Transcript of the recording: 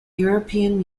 european